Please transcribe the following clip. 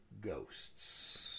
ghosts